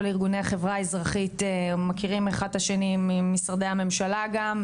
ארגוני החברה האזרחית מכירים אחד את השני ממשרדי הממשלה גם,